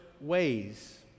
ways